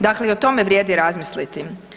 Dakle, i o tome vrijedi razmisliti.